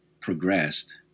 progressed